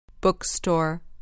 Bookstore